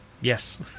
yes